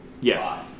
Yes